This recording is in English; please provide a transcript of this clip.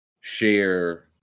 share